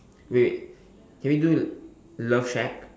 wait wait can we do love shack